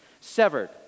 severed